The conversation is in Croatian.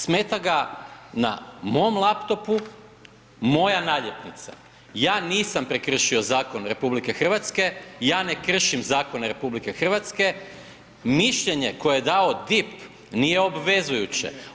Smeta ga na mom laptopu moja naljepnica, ja nisam prekršio zakon RH, ja ne kršim zakone RH, mišljenje koje je dao DIP nije obvezujuće.